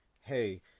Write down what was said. hey